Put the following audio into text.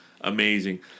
amazing